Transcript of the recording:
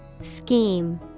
Scheme